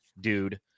dude